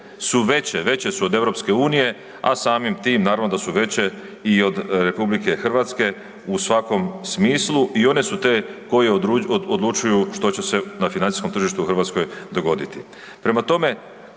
su veće, veće su od EU, a samim tim naravno da su veće i od RH u svakom smislu i one su te koje odlučuju što će se na financijskom tržištu u Hrvatskoj dogoditi.